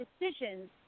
decisions